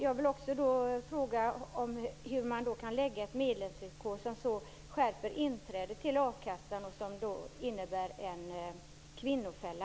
Jag vill också fråga hur man kan föreslå ett medlemsvillkor som skärper inträdet till a-kassan och som innebär en kvinnofälla.